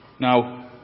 Now